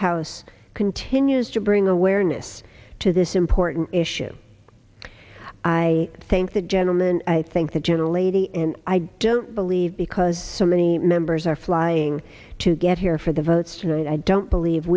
house continues to bring awareness to this important issue i thank the gentleman i think the gentle lady and i don't believe because so many members are flying to get here for the votes tonight i don't believe